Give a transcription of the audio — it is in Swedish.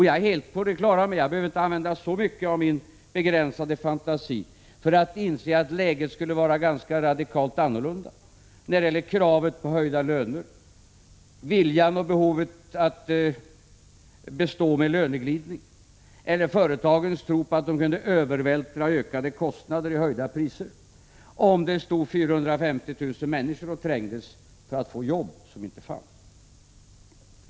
Jag är helt på det klara med — jag behöver inte använda så mycket av min begränsade fantasi för att inse det — att läget skulle vara ett helt annat när det gäller kraven på höjda löner, viljan och behovet att bestå med löneglidning eller företagens tro på att de kunde övervältra ökade kostnader på konsumenterna i form av prishöjningar, om det stod 450 000 människor och trängdes för att få jobb som inte fanns.